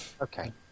Okay